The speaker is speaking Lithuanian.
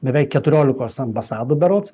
beveik keturiolikos ambasadų berods